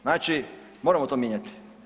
Znači, moramo to mijenjati.